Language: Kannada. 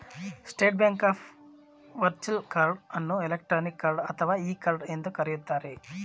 state Bank of virtual card ಅನ್ನು ಎಲೆಕ್ಟ್ರಾನಿಕ್ ಕಾರ್ಡ್ ಅಥವಾ ಇ ಕಾರ್ಡ್ ಎಂದು ಕರೆಯುತ್ತಾರೆ